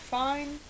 fine